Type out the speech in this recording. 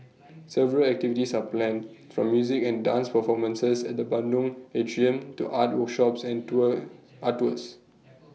several activities are planned from music and dance performances at the Padang atrium to art workshops and tour art tours